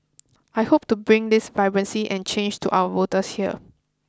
I hope to bring this vibrancy and change to our voters here